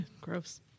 gross